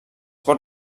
pot